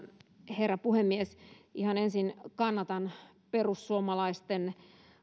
herra puhemies ihan ensin kannatan perussuomalaisten